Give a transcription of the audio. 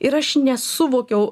ir aš nesuvokiau